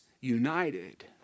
united